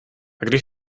když